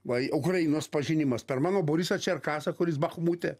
va ukrainos pažinimas per mano borisą čerkasą kuris bakhmute